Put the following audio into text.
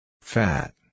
Fat